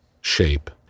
shape